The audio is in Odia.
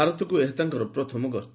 ଭାରତକୁ ଏହା ତାଙ୍କର ପ୍ରଥମ ଗସ୍ତ